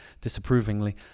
disapprovingly